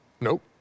Nope